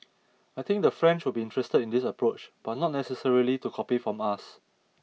I think the French will be interested in this approach but not necessarily to copy from us